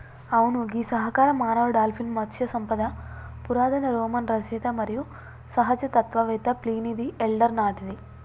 అవును గీ సహకార మానవ డాల్ఫిన్ మత్స్య సంపద పురాతన రోమన్ రచయిత మరియు సహజ తత్వవేత్త ప్లీనీది ఎల్డర్ నాటిది